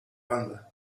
banda